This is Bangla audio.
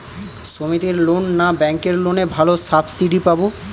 সমিতির লোন না ব্যাঙ্কের লোনে ভালো সাবসিডি পাব?